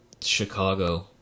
Chicago